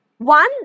One